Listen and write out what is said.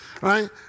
right